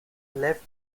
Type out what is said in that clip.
left